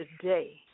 today